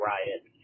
Riot